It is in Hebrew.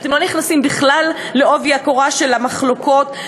אתם לא נכנסים בכלל בעובי הקורה של המחלוקות,